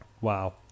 Wow